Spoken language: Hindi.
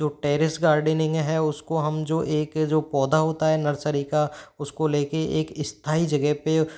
जो टैरिस गार्डनिंग है उसको हम जो एक है जो पौधा होता है नर्सरी का उसको लेके एक स्थाई जगह पर उसको